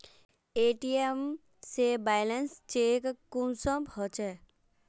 ATM से balance check कुंसम होचे?